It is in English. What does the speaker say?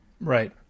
Right